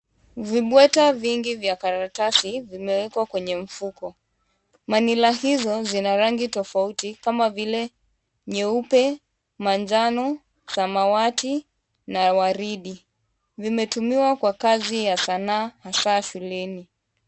Vibweta vingi vya karatasi vimewekwa kwenye mfuko. Manila hizo zina rangi tofauti kama vile nyeupe, manjano, samawati na waridi. Vimetumiwa kwa kazi ya sanaa hasa shuleni.